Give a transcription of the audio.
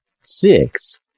Six